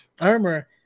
armor